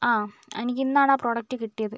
ആ എനിക്കിന്നാണ് ആ പ്രൊഡക്റ്റ് കിട്ടിയത്